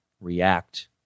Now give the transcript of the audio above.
react